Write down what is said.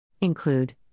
Include